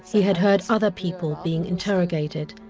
he had heard other people being interrogated.